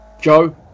Joe